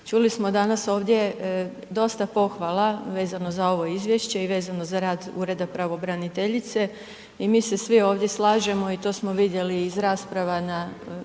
Čuli smo danas ovdje dosta pohvala vezano za ovo izvješće i vezano za rad Ureda pravobraniteljice i mi se svi ovdje slažemo i to smo vidjeli iz rasprava na